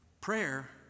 Prayer